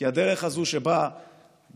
כי בדרך הזאת שבה גם